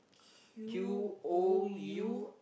U O U